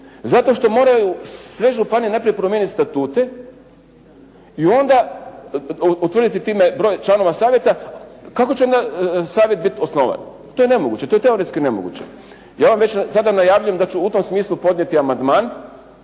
Zato što moraju sve županije najprije promijeniti statute i onda utvrditi time broj članova savjeta. Kako će onda savjet biti osnovan? To je nemoguće, to je teoretski nemoguće. Ja vam već sada najavljujem da ću u tom smislu podnijeti amandman.